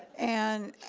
and